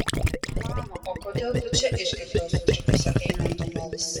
mama o kodėl tu čia išgirdau sutrikusio eimanto balsą